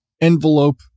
envelope